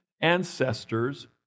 ancestors